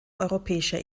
europäischer